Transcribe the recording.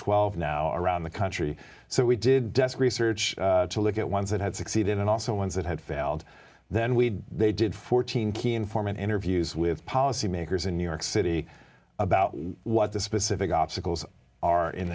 twelve now around the country so we did research to look at ones that had succeeded and also ones that had failed then we had they did fourteen key informant interviews with policymakers in new york city about what the specific obstacles are in